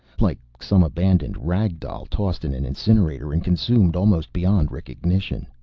like some abandoned rag doll, tossed in an incinerator and consumed almost beyond recognition.